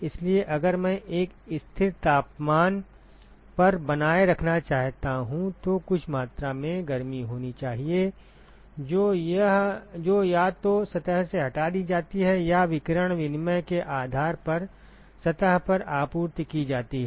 इसलिए अगर मैं एक स्थिर तापमान पर बनाए रखना चाहता हूं तो कुछ मात्रा में गर्मी होनी चाहिए जो या तो सतह से हटा दी जाती है या विकिरण विनिमय के आधार पर सतह पर आपूर्ति की जाती है